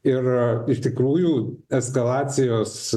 ir iš tikrųjų eskalacijos